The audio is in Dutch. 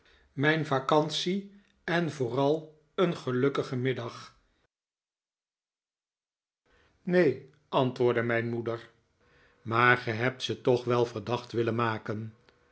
neen antwoordde mijn moeder maar ge hebt ze toch wel verdacht willen maken